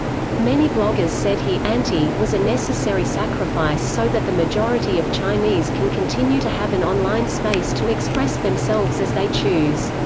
many bloggers said he and he was a necessary sacrifice so that the majority of chinese can continue to have an online space to express themselves as they choose.